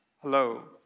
Hello